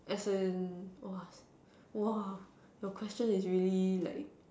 as in !whoa! !whoa! your question is really like